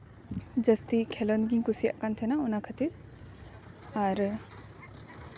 ᱡᱟᱹᱥᱛᱤ ᱠᱷᱮᱞᱳᱰ ᱜᱤᱧ ᱠᱩᱥᱤᱭᱟᱜ ᱠᱟᱱ ᱛᱟᱦᱮᱱᱟ ᱚᱱᱟ ᱠᱷᱟᱹᱛᱤᱨ ᱟᱨ